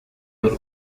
w’u